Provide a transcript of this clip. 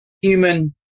human